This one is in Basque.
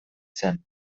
zen